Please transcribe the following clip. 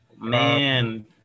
Man